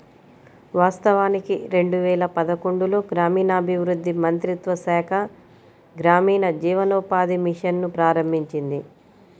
వాస్తవానికి రెండు వేల పదకొండులో గ్రామీణాభివృద్ధి మంత్రిత్వ శాఖ గ్రామీణ జీవనోపాధి మిషన్ ను ప్రారంభించింది